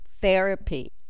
therapy